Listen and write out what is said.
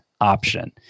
option